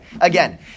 Again